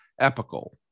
epical